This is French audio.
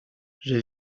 j’ai